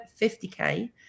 50K